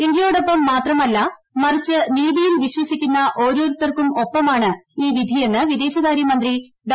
ഇന്ത്യയോടൊപ്പം മാത്രമല്ല മറിച്ച് നീതിയിൽ വിശ്വസിക്കുന്ന ഓരോരുത്തർക്കും ഒപ്പമാണ് ഈ വിധിയെന്ന് വിദേശകാര്യമന്ത്രി ഡോ